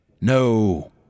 No